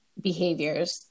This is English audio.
behaviors